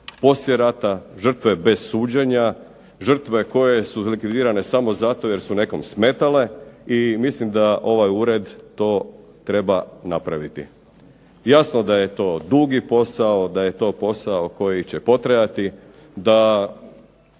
poslije rata, žrtve bez suđenja, žrtve koje su likvidirane samo zato jer su nekom smetale i mislim da ovaj ured to treba napraviti. Jasno da je to dugi posao, da je to posao koji će potrajati, da